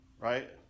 right